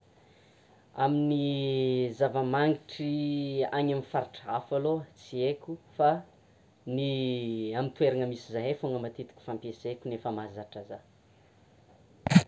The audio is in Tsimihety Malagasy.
Amin'ny zava-manitra any amin'ny faritra aloha tsy haiko fa ny amin'ny toerana misy zahay faona matetika fampesaiko ny efa mahazatra za.